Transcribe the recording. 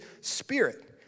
spirit